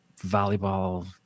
volleyball